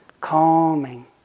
calming